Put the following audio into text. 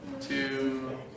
two